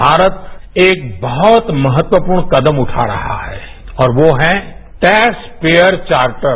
आज भारत एक बहुत महत्वपूर्ण कदमउगा रहा है और वो है टैक्स पेयर चार्टर